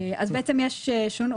יש שונות.